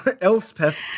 Elspeth